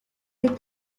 des